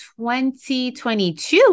2022